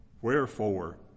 Wherefore